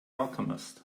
alchemist